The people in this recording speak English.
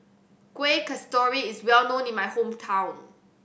Kuih Kasturi is well known in my hometown